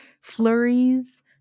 flurries